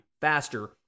faster